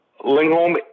Lingholm